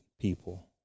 people